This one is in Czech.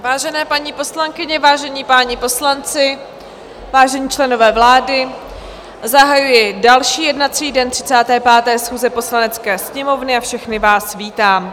Vážené paní poslankyně, vážení páni poslanci, vážení členové vlády, zahajuji další jednací den 35. schůze Poslanecké sněmovny a všechny vás vítám.